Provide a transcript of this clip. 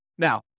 Now